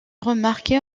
remarquer